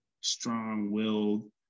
strong-willed